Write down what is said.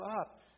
up